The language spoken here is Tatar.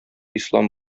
ислам